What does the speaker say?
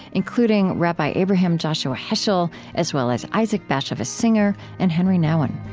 including rabbi abraham joshua heschel as well as isaac bashevis singer and henri nouwen